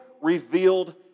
revealed